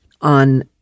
On